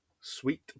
sweet